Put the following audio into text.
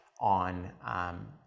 on